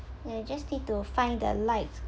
you just need to find the lights